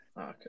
okay